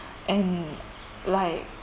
and like